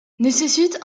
nécessite